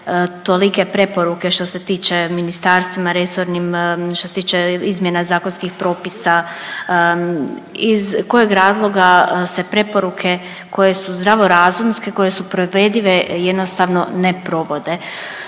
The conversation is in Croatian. tolike preporuke što se tiče ministarstvima resornim, što se tiče izmjena zakonskih propisa, iz kojeg razloga se preporuke koje su zdravorazumske, koje su provedive jednostavno ne provode.